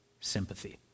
sympathy